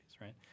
Right